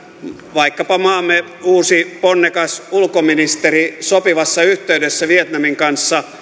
vaikkapa maamme uusi ponnekas ulkoministeri sopivassa yhteydessä vietnamin kanssa